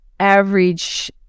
average